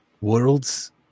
Worlds